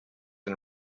and